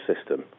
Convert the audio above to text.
system